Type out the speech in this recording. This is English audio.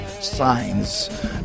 signs